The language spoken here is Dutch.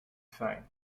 fijn